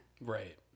Right